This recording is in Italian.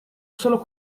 solo